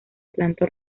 planta